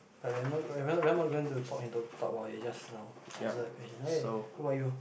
but we're not we're not going to talk into about it just now answer the question hey how about you